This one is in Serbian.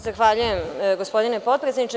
Zahvaljujem gospodine potpredsedniče.